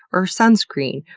or sunscreen,